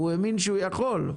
והוא האמין שהוא יכול.